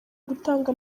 gutanga